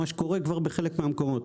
מה שקורה כבר בחלק מהמקומות.